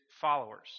followers